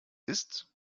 ist